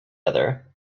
other